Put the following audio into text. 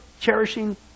cherishing